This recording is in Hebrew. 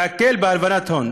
להקל בהלבנת הון.